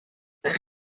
igihe